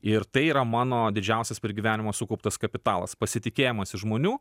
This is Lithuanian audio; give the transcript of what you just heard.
ir tai yra mano didžiausias per gyvenimą sukauptas kapitalas pasitikėjimas iš žmonių